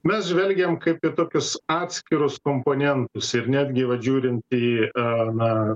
mes žvelgiam kaip į tokius atskirus komponentus ir netgi vat žiūrint į a na